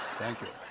thank you.